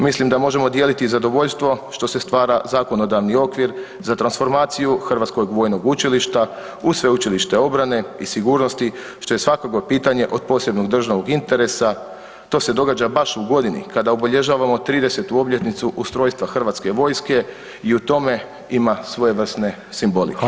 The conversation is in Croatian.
Mislim da možemo dijeliti zadovoljstvo što se stvara zakonodavni okvir za transformaciju Hrvatskog vojnog učilišta u Sveučilište obrane i sigurnosti, što je svakako pitanje od posebnog državnog interesa, to se događa baš u godini kada obilježavamo 30. obljetnicu ustrojstva Hrvatske vojske i u tome ima svojevrsne simbolike.